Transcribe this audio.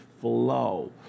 flow